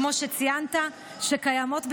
כמו שציינת, שקיימות בתחומן,